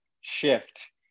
shift